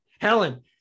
Helen